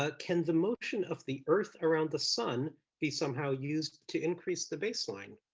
ah can the motion of the earth around the sun be somehow used to increases the baseline?